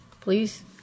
please